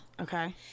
Okay